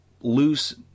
loose